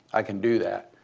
i can do that.